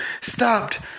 stopped